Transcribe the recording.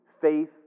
faith